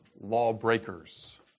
lawbreakers